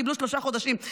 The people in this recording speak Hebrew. קיבלו שלושה חודשים,